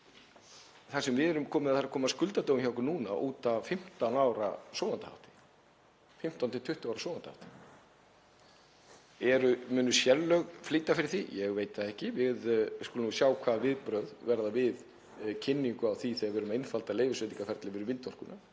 skýrt þá er komið að skuldadögum hjá okkur núna út af 15 ára sofandahætti, 15–20 ára sofandahætti. Munu sérlög flýta fyrir því? Ég veit það ekki. Við skulum sjá hvaða viðbrögð verða við kynningu á því þegar við erum að einfalda leyfisveitingaferlið fyrir vindorkuna.